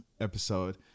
episode